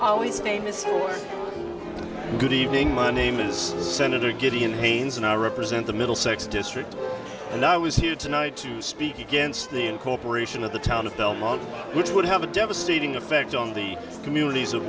always famous for good evening my name is senator gideon haynes and i represent the middlesex district and i was here tonight to speak against the incorporation of the town of belmont which would have a devastating effect on the communities of